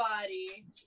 body